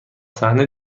صحنه